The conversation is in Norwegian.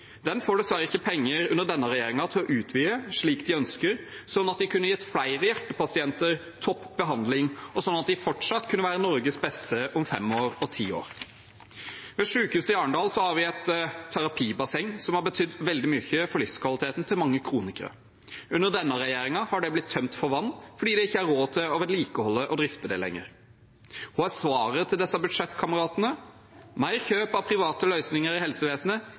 Den får dessverre ikke penger under denne regjeringen til å utvide slik de ønsker, slik at de kunne gitt flere hjertepasienter topp behandling, og slik at de fortsatt kunne være Norges beste om fem år og ti år. Ved sykehuset i Arendal har vi et terapibasseng som har betydd veldig mye for livskvaliteten til mange kronikere. Under denne regjeringen har det blitt tømt for vann fordi det ikke er råd til å vedlikeholde og drifte det lenger. Hva er svaret til disse budsjettkameratene? Det er mer kjøp av private løsninger i helsevesenet,